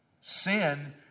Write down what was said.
Sin